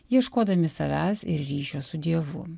ieškodami savęs ir ryšio su dievu